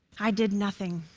i did nothing.